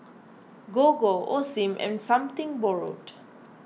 Gogo Osim and Something Borrowed